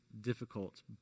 difficult